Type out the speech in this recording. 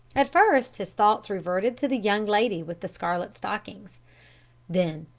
at first his thoughts reverted to the young lady with the scarlet stockings then,